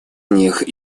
них